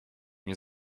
nie